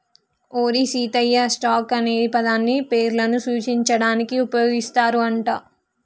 ఓరి సీతయ్య, స్టాక్ అనే పదాన్ని పేర్లను సూచించడానికి ఉపయోగిస్తారు అంట